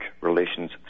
relations